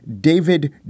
David